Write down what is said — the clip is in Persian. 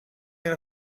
این